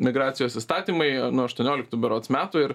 migracijos įstatymai nuo aštuonioliktų berods metų ir